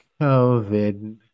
COVID